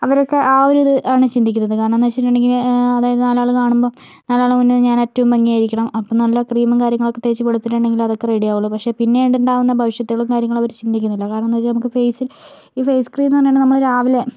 അവരൊക്കെ ആ ഒരിതാണ് ചിന്തിക്കുന്നത് കാരണമെന്നുവെച്ചിട്ടുണ്ടെങ്കിൽ അതായത് നാലാൾ കാണുമ്പോൾ നാലാളുടെ മുൻപിൽ ഞാനേറ്റവും ഭംഗിയായിരിക്കണം അപ്പോൾ നല്ല ക്രീമും കാര്യങ്ങളൊക്കെ തേച്ചു വെളുത്തിട്ടുണ്ടെങ്കിൽ അവർക്കു റെഡിയാകുകയുള്ളൂ പക്ഷെ പിന്നീടുണ്ടാകുന്ന ഭവിഷ്യത്തുകളും കാര്യങ്ങളൊന്നും അവർ ചിന്തിക്കുന്നില്ല കാരണമെന്തെന്നുവെച്ചാൽ അത് നമുക്ക് ഫേസ് ഈ ഫേസ് ക്രീമെന്നു പറഞ്ഞിട്ടുണ്ടെങ്കിൽ നമ്മൾ രാവിലെ